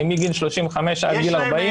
מגיל 35 עד גיל 40,